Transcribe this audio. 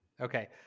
Okay